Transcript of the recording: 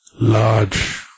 large